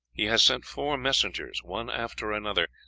he has sent four messengers one after another,